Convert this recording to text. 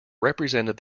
represented